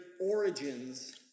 Origins